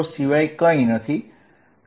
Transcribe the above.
તેથી આ 03 0 છે